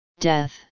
Death